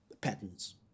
patterns